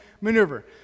maneuver